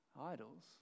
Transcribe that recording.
idols